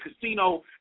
Casino